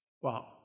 Wow